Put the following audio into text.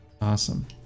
Awesome